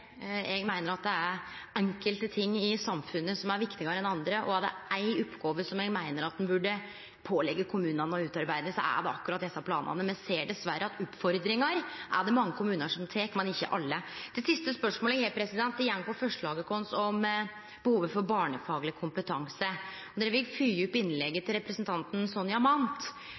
Eg meiner at det er enkelte ting i samfunnet som er viktigare enn andre, og er det éi oppgåve som eg meiner at ein burde påleggje kommunane, er det å utarbeide akkurat desse planane. Me ser dessverre at oppfordringar er det mange kommunar som tek, men ikkje alle. Det siste spørsmålet eg har, går på forslaget vårt om behovet for barnefagleg kompetanse. Her vil eg fylgje opp innlegget til representanten